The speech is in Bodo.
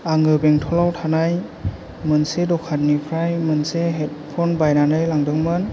आङो बेंथलाव थानाय मोनसे दखाननिफ्राय मोनसे हेदफन बायनानै लांदोंमोन